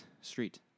Street